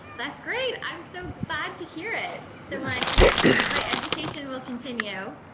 that's great. i'm so glad to hear it. so my my education will continue.